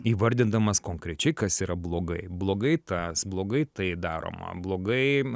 įvardindamas konkrečiai kas yra blogai blogai tas blogai tai daroma blogai